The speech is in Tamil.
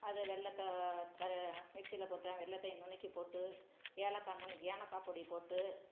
அது வெல்லத்த மிக்ஸியில் போட்டு வெல்லத்தயும் நுணுக்கி போட்டு ஏலக்காய் நுணுக்கி ஏலக்கா பொடி போட்டு